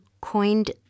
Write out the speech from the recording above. coined